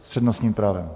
S přednostním právem.